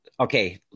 Okay